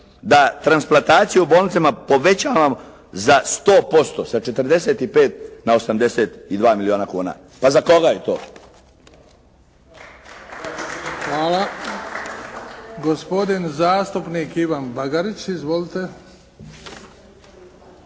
da transplantaciju u bolnicama povećam za 100%, sa 45 na 82 milijuna kuna. Pa za koga je to? **Bebić, Luka (HDZ)** Hvala. Gospodin zastupnik Ivan Bagarić. Izvolite.